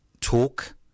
talk